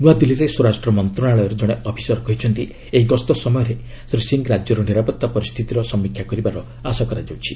ନୂଆଦିଲ୍ଲୀରେ ସ୍ୱରାଷ୍ଟ୍ର ମନ୍ତ୍ରଣାଳୟର ଜଣେ ଅଫିସର କହିଛନ୍ତି ଏହି ଗସ୍ତ ସମୟରେ ଶ୍ରୀ ସିଂ ରାଜ୍ୟର ନିରାପତ୍ତା ପରିସ୍ଥିତିର ସମୀକ୍ଷା କରିବାର ଆଶା କରାଯାଉଛି